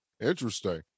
interesting